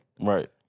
Right